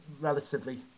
relatively